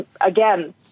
again